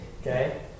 Okay